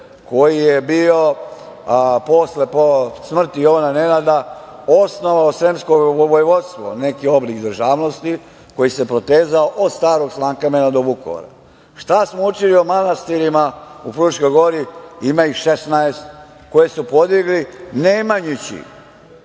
koji je posle smrti Jovana Nenada osnovao sremsko vojvodstvo, neki oblik državnosti koji se protezao od Starog Slankamena do Vukovara? Šta smo učili o manastirima na Fruškoj gori, ima ih 16, koje su podigli Nemanjići